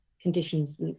conditions